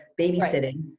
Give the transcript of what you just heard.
babysitting